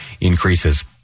increases